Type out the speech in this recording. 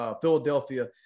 Philadelphia